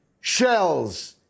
shells